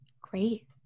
Great